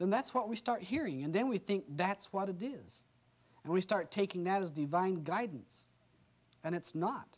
then that's what we start hearing and then we think that's what it is and we start taking that as divine guidance and it's